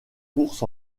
courses